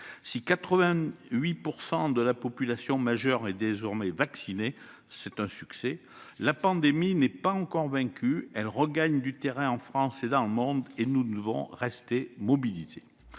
Si 88 % de la population majeure est désormais vaccinée- c'est un succès -, la pandémie n'est pas encore vaincue. Elle regagne du terrain en France comme dans le monde et nous devons rester pleinement